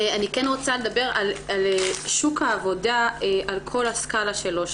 אני כן רוצה לדבר על שוק העבודה על כל הסקאלה שלו,